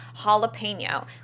jalapeno